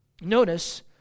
Notice